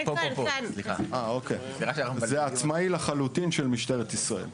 זה עצמאי לחלוטין, של משטרת ישראל.